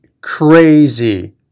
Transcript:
crazy